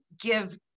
give